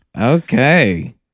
Okay